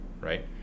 right